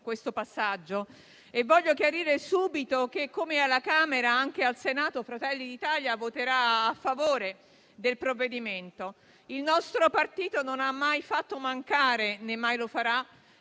questo passaggio spetta a noi e desidero chiarire subito che, come alla Camera, anche al Senato Fratelli d'Italia voterà a favore del provvedimento. Il nostro partito non ha mai fatto mancare, né mai lo farà,